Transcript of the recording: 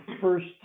first